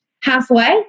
halfway